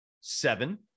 seven